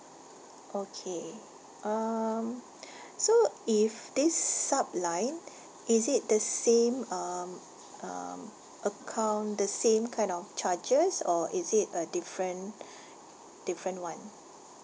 okay um so if this sub line is it the same um um account the same kind of charges or is it a different different one